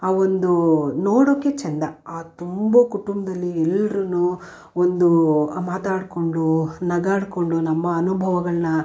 ಆ ಒಂದು ನೋಡೋಕೆ ಚೆಂದ ಆ ತುಂಬು ಕುಟುಂಬದಲ್ಲಿ ಎಲ್ಲರೂ ಒಂದು ಮಾತಾಡಿಕೊಂಡು ನಗಾಡಿಕೊಂಡು ನಮ್ಮ ಅನುಭವಗಳನ್ನ